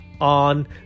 on